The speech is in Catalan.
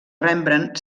rembrandt